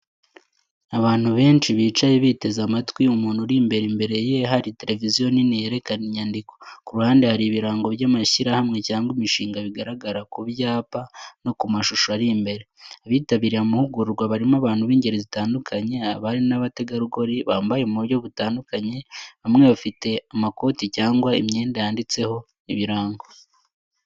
Abantu benshi bicaye biteze amatwi umuntu uri imbere imbere ye hari televiziyo nini yerekana inyandiko. Ku ruhande, hari ibirango by’amashyirahamwe cyangwa imishinga bigaragara ku byapa no ku mashusho ari imbere. Abitabiriye amahugurwa barimo abantu b’ingeri zitandukanye abari n’abategarugori bambaye mu buryo butandukanye bamwe bafite amakoti cyangwa imyenda yanditseho ibirango.